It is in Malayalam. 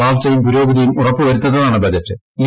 വളർച്ചയും പുരോഗതിയും ഉറപ്പ് വരുത്തുന്നതാണ് ബജറ്റി